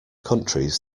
countries